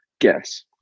Guess